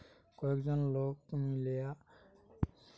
কয়েকজন লোক মিললা একটা নতুন সংস্থা স্থাপন করে